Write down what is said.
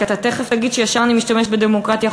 כי אתה תכף תגיד שישר אני משתמשת בדמוקרטיה,